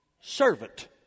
servant